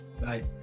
bye